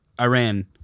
Iran